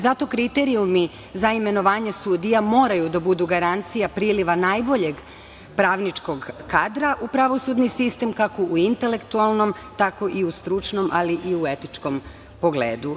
Zato kriterijumi za imenovanje sudija moraju da budu garancija priliva najboljeg pravničkog kadra u pravosudni sistem kako u intelektualnom, tako i u stručnom, ali i u etičkom pogledu.